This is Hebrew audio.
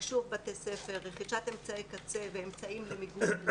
תקשוב בתי ספר, רכישת אמצעי קצה ואמצעים למיגון.